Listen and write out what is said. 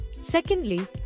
Secondly